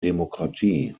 demokratie